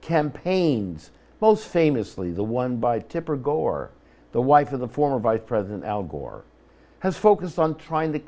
campaigns most famously the one by tipper gore the wife of the former vice president al gore has focused on trying to